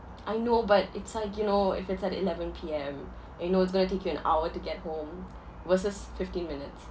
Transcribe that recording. I know but it's like you know if it's at eleven P_M you know it's going to take you an hour to get home versus fifteen minutes